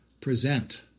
present